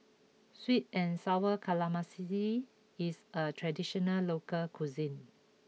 Sweet and Sour Calamari is a traditional local cuisine